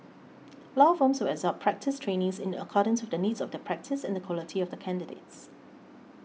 law firms will absorb practice trainees in accordance with the needs of their practice and the quality of the candidates